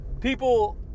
People